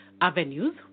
avenues